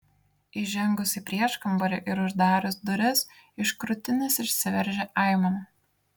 įžengus į prieškambarį ir uždarius duris iš krūtinės išsiveržė aimana